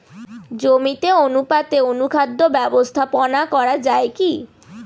জমিতে অনুপাতে অনুখাদ্য ব্যবস্থাপনা করা য়ায় কি?